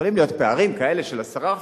יכולים להיות פערים כאלה של 10%,